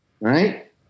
Right